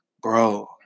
Bro